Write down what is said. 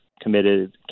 committed